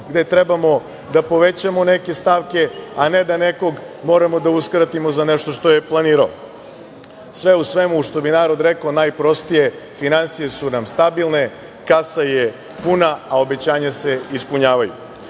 gde trebamo da povećamo neke stavke, a ne da nekog moramo da uskratimo za nešto što je planirao. Sve u svemu, što bi narod rekao, najprostije, finansije su nam stabilne, kasa je puna, a obećanja se ispunjavaju. Juče